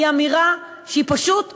היא אמירה שהיא פשוט שקרית.